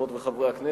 חברות וחברי הכנסת,